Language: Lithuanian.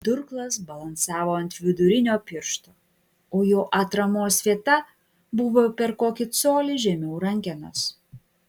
durklas balansavo ant vidurinio piršto o jo atramos vieta buvo per kokį colį žemiau rankenos